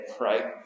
right